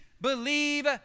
believe